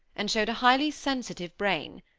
and showed a highly sensitive brain.